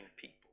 people